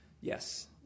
Yes